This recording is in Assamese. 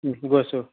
গৈ আছো ৰ